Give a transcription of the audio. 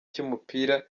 cy’umupira